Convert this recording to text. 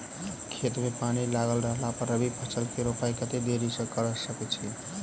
खेत मे पानि लागल रहला पर रबी फसल केँ रोपाइ कतेक देरी धरि कऽ सकै छी?